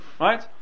right